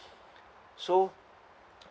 so